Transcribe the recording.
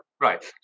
right